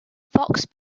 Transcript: foxe